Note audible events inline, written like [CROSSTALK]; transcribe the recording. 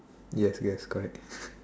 yes yes correct [LAUGHS]